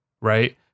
right